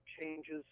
changes –